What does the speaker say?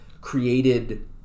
created